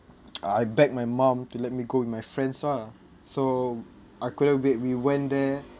I beg my mum to let me go with my friends ah so I couldn't wait we went there